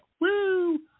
Woo